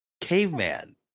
caveman